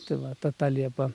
tai va ta liepa